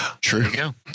True